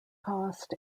cost